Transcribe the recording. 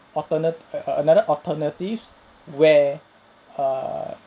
alternate err another alternatives where err